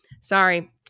sorry